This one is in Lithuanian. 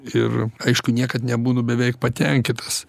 ir aišku niekad nebūnu beveik patenkitas